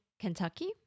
Kentucky